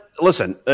listen